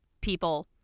people